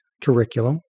curriculum